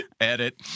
edit